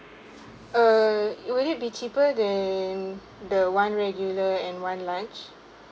uh would it be cheaper than the one regular and one large